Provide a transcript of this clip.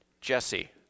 Jesse